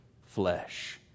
flesh